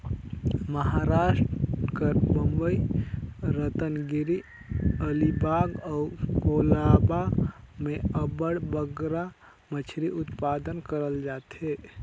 महारास्ट कर बंबई, रतनगिरी, अलीबाग अउ कोलाबा में अब्बड़ बगरा मछरी उत्पादन करल जाथे